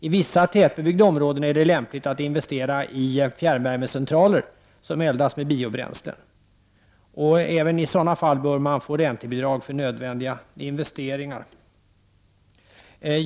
I vissa tätbebyggda områden är det lämpligt att investera i fjärrvärmecentraler som eldas med biobränsle. Även i sådana fall bör man få räntebidrag för nödvändiga investeringar.